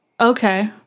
okay